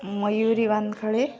Mayuri Wankhale